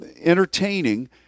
entertaining